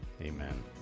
Amen